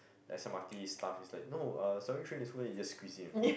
the S M_R_T staff is like no uh sorry train is full then you just squeeze in only